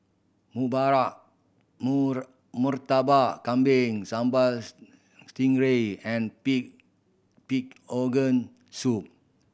Murtabak Kambing sambal stingray and pig pig organ soup